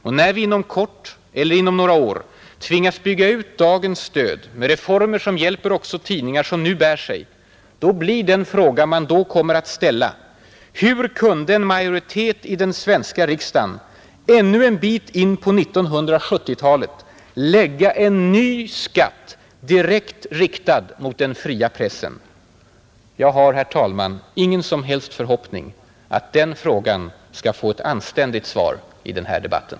Och när vi inom kort eller om några år tvingas bygga ut dagens stöd med reformer som hjälper också tidningar som nu bär sig blir den fråga man kommer att ställa: Hur kunde en majoritet i den svenska riksdagen ännu en bit in på 1970-talet lägga en ny skatt direkt riktad mot den fria pressen? Jag har, herr talman, ingen som helst förhoppning att den frågan skall få ett anständigt svar i den här debatten.